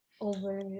over